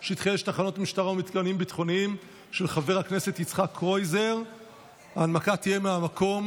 בעד, 24, אין נגד, אין נמנעים,